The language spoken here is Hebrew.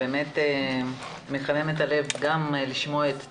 באמת מחמם את הלב גם לשמוע את דבריך,